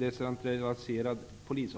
Besluten bör, om så är